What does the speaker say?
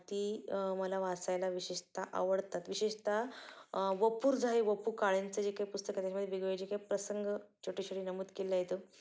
ती मला वाचायला विशेषतः आवडतात विशेषतः वपुर्झा हे वपु काळेंचं जे काही पुस्तक आहे त्याच्यामध्ये वेगवेगळे जे काही प्रसंग छोटे छोटे नमूद केले आहेत